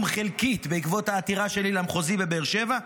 חלקית בעקבות העתירה שלי למחוזי בבאר שבע,